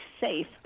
safe